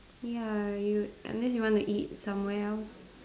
ya you unless you want to eat somewhere else